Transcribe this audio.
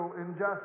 injustice